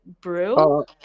brew